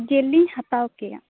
ᱡᱤᱞ ᱞᱤᱧ ᱦᱟᱛᱟᱣ ᱠᱮᱭᱟ